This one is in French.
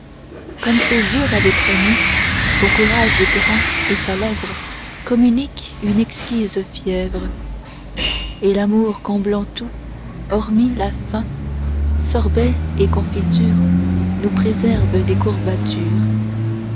comme ses yeux l'avaient promis son courage est grand et sa lèvre communique une exquise fièvre et l'amour comblant tout hormis la faim sorbets et confitures nous préservent des courbatures